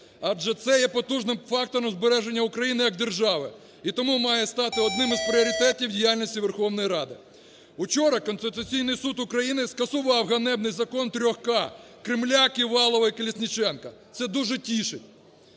адже це є потужним фактором збереження України, як держави, і тому має стати одним із пріоритетів діяльності Верховної Ради. Вчора Конституційний Суд України скасував ганебний закон трьох "К", Кремля, Ківалова і Колісниченка, це дуже тішить.